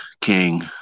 king